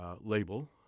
label